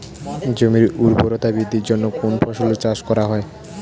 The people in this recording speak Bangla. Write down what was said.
জমির উর্বরতা বৃদ্ধির জন্য কোন ফসলের চাষ করা হয়?